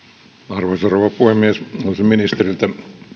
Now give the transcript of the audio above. arvoisa rouva puhemies olisin ministeriltä